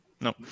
No